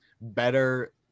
better